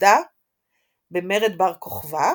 ביהודה במרד בר כוכבא,